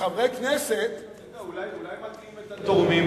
אולי מטעים את התורמים,